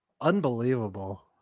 unbelievable